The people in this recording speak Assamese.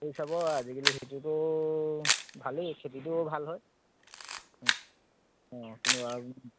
কৰি চাব আজিকালি সেইটোতো ভালেই খেতিটোও ভাল হয় অঁ অঁ কিন্তু আৰু